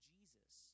Jesus